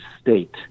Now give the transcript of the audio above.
state